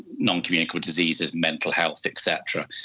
noncommunicable diseases, mental health, et cetera.